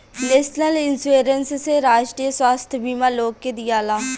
national insurance से राष्ट्रीय स्वास्थ्य बीमा लोग के दियाला